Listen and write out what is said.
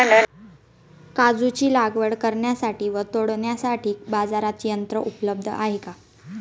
काजूची लागवड करण्यासाठी व तोडण्यासाठी बाजारात यंत्र उपलब्ध आहे का?